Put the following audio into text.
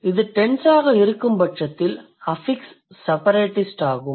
இது டென்ஸ் ஆக இருக்கும்பட்சத்தில் அஃபிக்ஸ் செபரேடிஸ்ட் ஆகும்